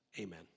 Amen